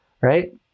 right